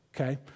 Okay